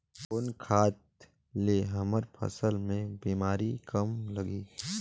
कौन खाद ले हमर फसल मे बीमारी कम लगही?